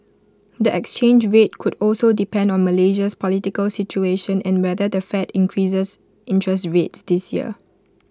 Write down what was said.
the exchange rate could also depend on Malaysia's political situation and whether the fed increases interest rates this year